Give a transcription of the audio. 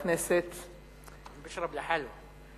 הכנסת, יושרוב לחאלו.